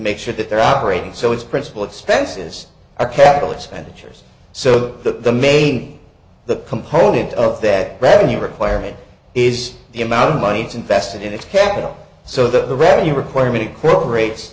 make sure the they're operating so its principal expenses are capital expenditures so that the main the component of that revenue requirement is the amount of money invested in its capital so the revenue requirement it corroborate